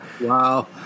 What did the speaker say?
Wow